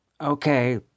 Okay